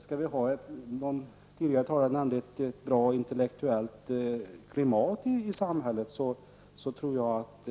Skall vi, som någon tidigare talare nämnde, ha ett bra intellektuellt klimat i samhället så tror jag att